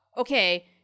okay